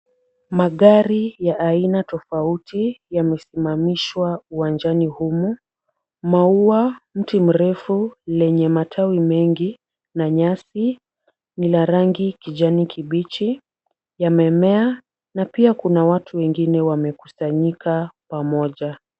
Magari ya aina tofauti yamesimamishwa uwanjani humu. Maua, mti mrefu lenye matawi mengi na nyasi ni la rangi kijani kibichi yamemea na pia kuna watu wengine wamekusanyika pamoja.